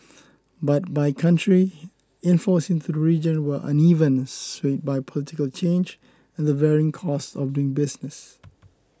but by country inflows into the region were uneven swayed by political change and the varying costs of doing business